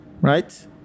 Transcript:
Right